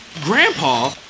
Grandpa